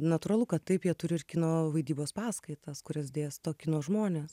natūralu kad taip jie turi ir kino vaidybos paskaitas kurias dėsto kino žmonės